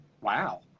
Wow